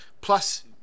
Plus